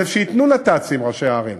שייתנו נת"צים, ראשי הערים.